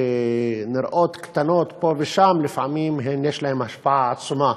שנראות קטנות פה ושם, לפעמים יש להן השפעה עצומה